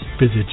Visit